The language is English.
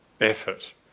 effort